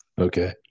Okay